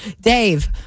Dave